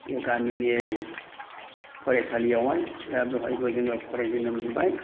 बे गामिनि फरायसालियावहाय दा बेवहायबो जोङो फरायजेननो मोनबाय